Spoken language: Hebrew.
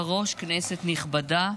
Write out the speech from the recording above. ותיכנס לספר החוקים.